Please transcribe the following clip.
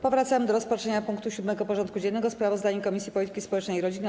Powracamy do rozpatrzenia punktu 7. porządku dziennego: Sprawozdanie Komisji Polityki Społecznej i Rodziny o: